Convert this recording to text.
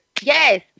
Yes